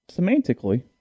semantically